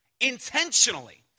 intentionally